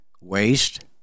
waste